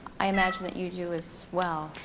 i imagine that you do as well.